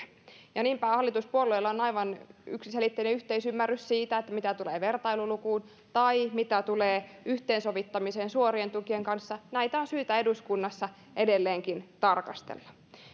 niinpä hallituspuolueilla on aivan yksiselitteinen yhteisymmärrys siitä että mitä tulee vertailulukuun tai mitä tulee yhteensovittamiseen suorien tukien kanssa näitä on syytä eduskunnassa edelleenkin tarkastella